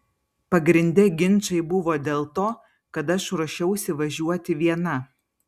pagrinde ginčai buvo dėl to kad aš ruošiausi važiuoti viena